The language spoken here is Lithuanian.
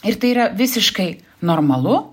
ir tai yra visiškai normalu